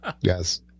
yes